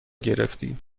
گرفتی